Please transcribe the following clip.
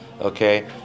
Okay